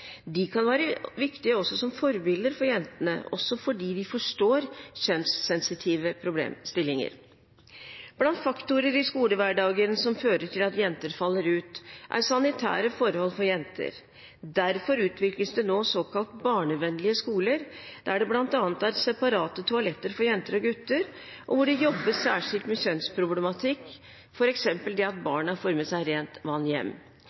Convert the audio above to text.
De kan være viktige også som forbilder for jentene, også fordi de forstår kjønnssensitive problemstillinger. Blant faktorer i skolehverdagen som fører til at jenter faller ut, er sanitære forhold for jenter. Derfor utvikles det nå såkalt barnevennlige skoler, der det bl.a. er separate toaletter for jenter og gutter, og hvor det jobbes særskilt med kjønnsproblematikk, f.eks. det at barna får med seg rent vann hjem.